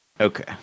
Okay